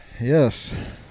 yes